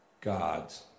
God's